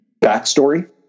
backstory